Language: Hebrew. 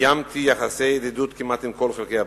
קיימתי יחסי ידידות כמעט עם כל חלקי הבית.